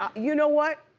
um you know what?